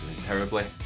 terribly